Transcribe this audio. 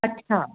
अच्छा